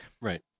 Right